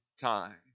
time